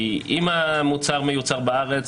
כי אם המוצר מיוצר בארץ,